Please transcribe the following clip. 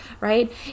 right